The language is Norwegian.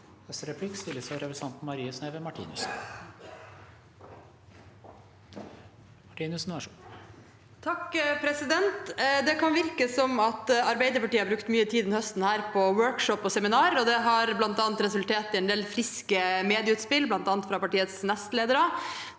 Det kan virke som Arbeiderpartiet har brukt mye tid denne høsten på workshops og seminarer. Det har bl.a. resultert i en del friske medieutspill, bl.a. fra partiets nestledere,